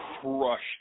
crushed